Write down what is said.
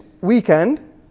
weekend